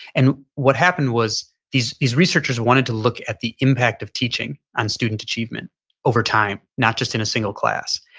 and what happened was, these these researchers wanting to look at the impact of teaching on student achievement over time not just in a single class.